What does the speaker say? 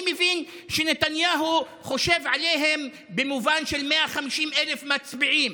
אני מבין שנתניהו חושב עליהם במובן של 150,000 מצביעים,